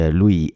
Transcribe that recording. lui